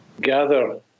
gather